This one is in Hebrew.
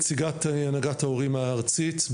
נציגת הנהגת ההורים הארצית,